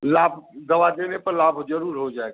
लाभ दवा देने पर लाभ ज़रूर हो जाएगा